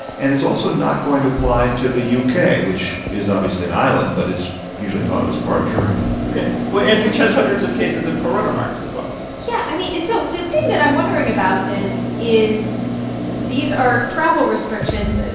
and it's also not going to apply to the u k, which is obviously an island but is usually thought of as part of europe and which has hundreds of cases of coronavirus as well yeah. i mean, it's so the thing that i'm wondering about this is these are travel restrictions.